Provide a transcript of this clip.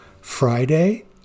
Friday